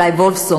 אולי וולפסון,